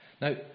Now